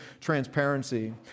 transparency